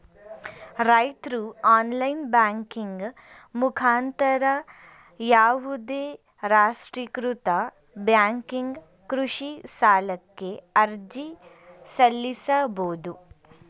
ರೈತ್ರು online banking ಮುಖಾಂತರ ಯಾವುದೇ ರಾಷ್ಟ್ರೀಕೃತ ಬ್ಯಾಂಕಿಗೆ ಕೃಷಿ ಸಾಲಕ್ಕೆ ಅರ್ಜಿ ಸಲ್ಲಿಸಬೋದು